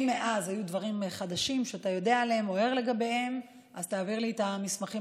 אם מאז היו דברים חדשים שאתה יודע עליהם או ער להם אז תעביר לי את המסמכים